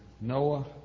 Noah